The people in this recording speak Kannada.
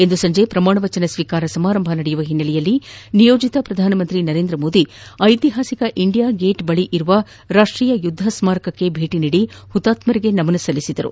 ಇಂದು ಸಂಜೆ ಪ್ರಮಾಣವಚನ ಸ್ವೀಕಾರ ಸಮಾರಂಭ ನಡೆಯುವ ಹಿನ್ನೆಲೆಯಲ್ಲಿ ನಿಯೋಜಿತ ಪ್ರಧಾನಿ ನರೇಂದ್ರ ಮೋದಿ ಐತಿಹಾಸಿಕ ಇಂಡಿಯಾ ಗೇಟ್ ಬಳಿ ಇರುವ ರಾಷ್ಟೀಯ ಯುದ್ದ ಸ್ಮಾರಕಕ್ಕೆ ಭೇಟಿ ನೀಡಿ ಹುತಾತ್ಮರಿಗೆ ನಮನ ಸಲ್ಲಿಸಿದರು